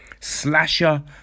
Slasher